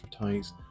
advertise